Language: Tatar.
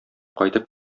кайтып